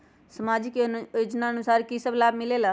समाजिक योजनानुसार कि कि सब लाब मिलीला?